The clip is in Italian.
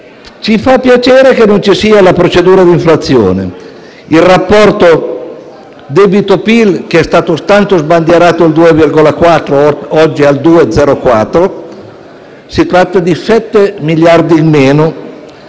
Ci fa piacere che non ci sia la procedura di infrazione. Il rapporto debito-PIL, che è stato tanto sbandierato al 2,4, oggi è al 2,04. Si tratta di 7 miliardi di euro